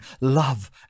love